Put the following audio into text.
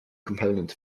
component